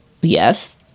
yes